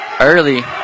early